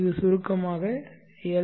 இது சுருக்கமாக எல்